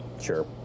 Sure